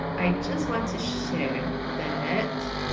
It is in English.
i just want to share that.